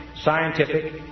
scientific